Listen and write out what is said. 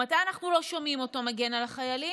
או מתי אנחנו לא שומעים אותו מגן על החיילים?